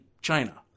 China